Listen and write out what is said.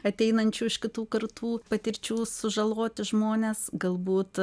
ateinančių iš kitų kartų patirčių sužaloti žmonės galbūt